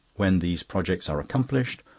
when these projects are accomplished,